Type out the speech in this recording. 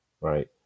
Right